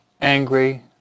angry